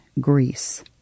Greece